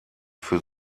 für